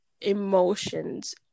emotions